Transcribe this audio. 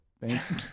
thanks